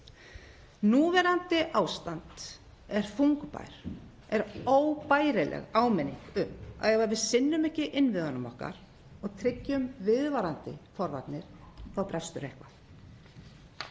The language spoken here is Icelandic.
Núverandi ástand er þungbær og óbærileg áminning um að ef við sinnum ekki innviðunum okkar og tryggjum viðvarandi forvarnir þá brestur eitthvað.